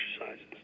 exercises